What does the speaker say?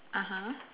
(uh huh)